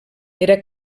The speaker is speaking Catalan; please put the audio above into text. era